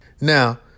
Now